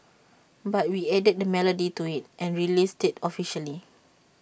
but we added the melody to IT and released IT officially